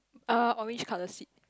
uh orange colour seat